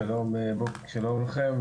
שלום לכם,